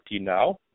now